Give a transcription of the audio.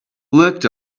looked